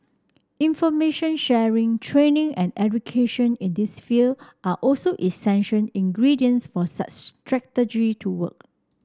information sharing training and education in this field are also essential ingredients for such strategy to work